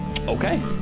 okay